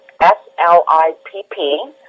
S-L-I-P-P